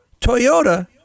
Toyota